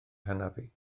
hanafu